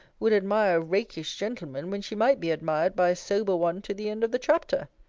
would admire a rakish gentleman, when she might be admired by a sober one to the end of the chapter?